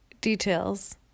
details